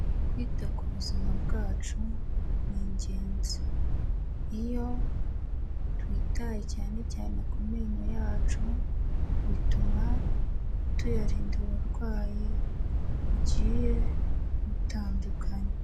Kwita ku buzima bwacu ni ingenzi, iyo twitaye cyane cyane ku menyo yacu bituma tuyarinda uburwayi bugiye butandukanye.